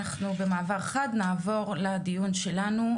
אנחנו במעבר חד נעבור לדיון שלנו,